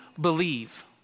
believe